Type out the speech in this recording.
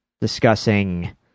discussing